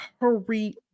hurry